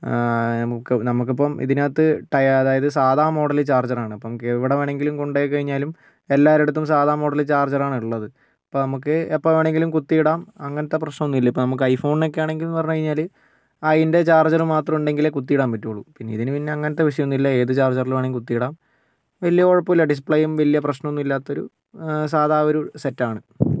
നമുക്ക് നമുക്കിപ്പം ഇതിനകത്ത് ടൈ അതായത് സാധ മോഡൽ ചാർജർ ആണ് അപ്പം എവിടെ വേണമെങ്കിലും കൊണ്ട് പോയി കഴിഞ്ഞാലും എല്ലാവരുടെ അടുത്തും സാധാ മോഡൽ ചാർജർ ആണുള്ളത് അപ്പം നമുക്ക് എപ്പം വേണമെങ്കിലും കുത്തിയിടാം അങ്ങനത്തെ പ്രശ്നമൊന്നും ഇല്ല ഇപ്പോൾ ഐ ഫോണിന് ഒക്കെയാണെങ്കിൽ എന്ന് പറഞ്ഞ് കഴിഞ്ഞാൽ അതിൻ്റെ ചാർജർ മാത്രമുണ്ടെങ്കിലെ കുത്തിയിടാൻ പറ്റുകയുള്ള ഇതിന് അങ്ങനത്തെ വിഷയമൊന്നുമില്ല ഏത് ചാർജറിൽ വേണമെങ്കിലും കുത്തിയിടാം വലിയ കുഴപ്പമില്ല ഡിസ്പ്ലേയും വലിയ പ്രശമില്ലാത്തൊരു സാധാ ഒരു സെറ്റ് ആണ്